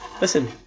listen